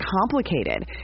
complicated